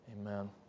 Amen